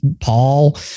paul